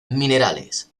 minerales